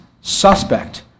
suspect